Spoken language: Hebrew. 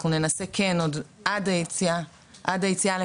אנחנו ננסה עד היציאה לפגרה